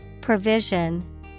Provision